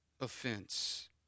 offense